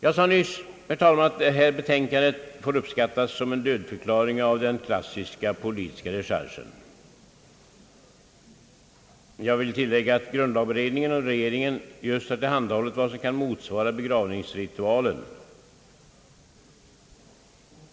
Jag sade nyss, att det här betänkandet får uppfattas som en dödförklaring av den klassiska, politiska dechargen. Jag vill tillägga att grundlagberedningen och regeringen just har tillhandahållit vad som kan motsvara begravningsritualen.